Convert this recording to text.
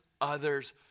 others